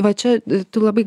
va čia tu labai